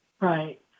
right